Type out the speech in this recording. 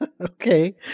Okay